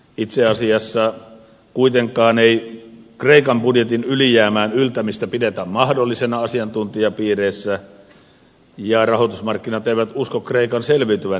itse asiassa kuitenkaan ennen kristusta ikan budjetin ylijäämään yltämistä pidetä mahdollisena asiantuntijapiireissä ja rahoitusmarkkinat eivät usko kreikan selviytyvän ilman velkasaneerausta